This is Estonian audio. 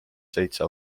seitse